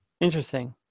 Interesting